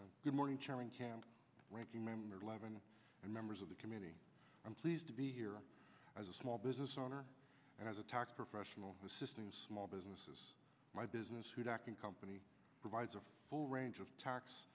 good morning chairing ranking member levin and members of the committee i'm pleased to be here as a small business owner and as a tax professional assisting small businesses my business who's acting company provides a full range of tax